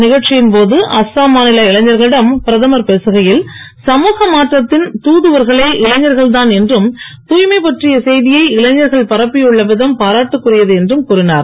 நிகழ்ச்சியின் போது அஸ்ஸாம் மாநில இளைஞர்களிடம் பிரதமர் பேசுகையில் சமூக மாற்றத்தின் தூதுவர்களே இனைஞர்கள்தான் என்றும் தூய்மை பற்றிய செய்தியை இளைஞர்கள் பரப்பியுள்ள விதம் பாராட்டுக்குரியது என்றும் கூறிஞர்